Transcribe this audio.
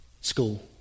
school